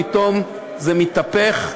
פתאום זה מתהפך?